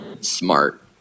smart